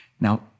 Now